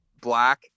black